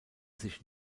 sich